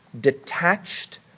detached